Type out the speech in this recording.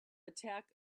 attack